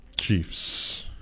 Chiefs